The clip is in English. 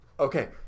Okay